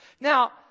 Now